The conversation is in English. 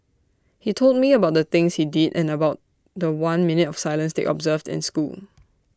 he told me about the things he did and about The One minute of silence they observed in school